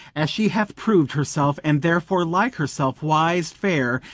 as she hath prov'd herself and therefore, like herself, wise, fair,